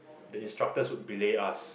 the instructors would belay us